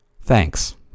Thanks